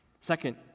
Second